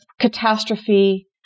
catastrophe